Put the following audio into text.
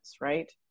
right